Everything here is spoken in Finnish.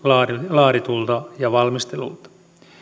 laaditulta ja valmistellulta